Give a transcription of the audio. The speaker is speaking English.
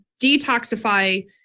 detoxify